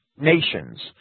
nations